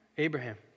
Abraham